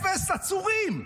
אפס עצורים.